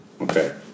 Okay